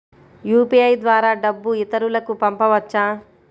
UPI ద్వారా డబ్బు ఇతరులకు పంపవచ్చ?